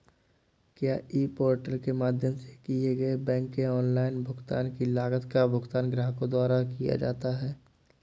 क्या e portal के माध्यम से किए गए बैंक के ऑनलाइन भुगतान की लागत का भुगतान ग्राहकों द्वारा किया जाता है?